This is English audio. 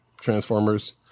Transformers